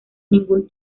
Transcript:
ningún